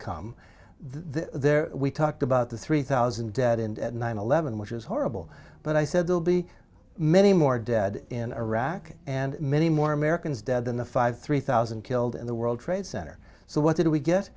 come there we talked about the three thousand dead and nine eleven which is horrible but i said will be many more dead in iraq and many more americans dead than the five three thousand killed in the world trade center so what did we get